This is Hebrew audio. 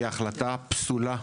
היא החלטה פסולה.